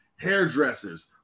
hairdressers